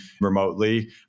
remotely